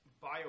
bio